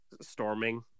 storming